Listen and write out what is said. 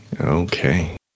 okay